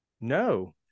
No